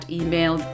email